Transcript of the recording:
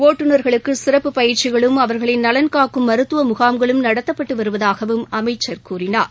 ஓட்டுநர்களுக்கு சிறப்பு பயிற்சிகளும் அவர்களின் நலன் னக்கும் மருத்துவ முகாம்களும் நடத்தப்பட்டு வருவதாகவும் அமைச்சர் கூறினார்